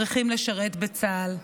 צריכים לשרת בצה"ל.